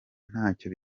ntacyo